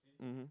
mmhmm